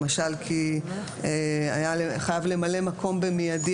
למשל כי היה חייב למלא מקום במיידי,